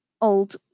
old